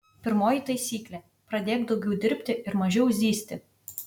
pirmoji taisyklė pradėk daugiau dirbti ir mažiau zyzti